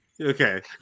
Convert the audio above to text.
Okay